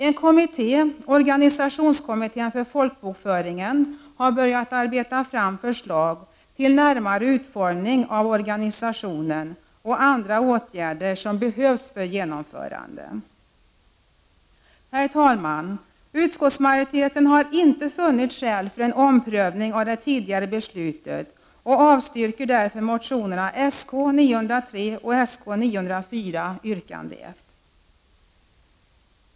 En kommitté, organisationskommittén för folkbokföringen, har börjat arbeta fram förslag till den närmare utformningen av organisationen och andra åtgärder som behövs för genomförande. Herr talman! Utskottsmajoriteten har inte funnit skäl för en omprövning av det tidigare beslutet och avstyrker därför motionerna Sk903 och Sk904 yrkande 1.